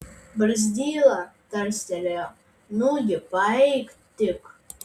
barzdyla tarstelėjo nugi paeik tik